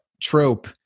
trope